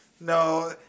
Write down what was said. No